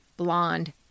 Blonde